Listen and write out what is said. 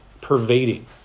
pervading